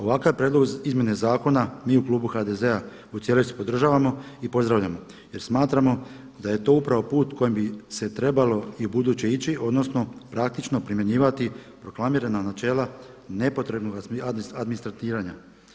Ovakav prijedlog izmjene zakona mi u Klubu HDZ-a u cijelosti podržavamo i pozdravljamo jer smatramo da je to upravo put kojim bi se trebalo i ubuduće ići odnosno praktično primjenjivati proklamirana načela nepotrebnog administratiranja.